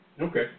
Okay